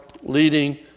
leading